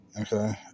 okay